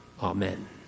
Amen